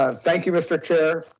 ah thank you, mr. chair,